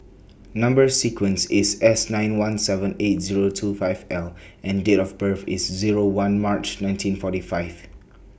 Number sequence IS S nine one seven eight Zero two five L and Date of birth IS Zero one March nineteen forty five